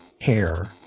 hair